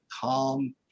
calm